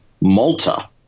Malta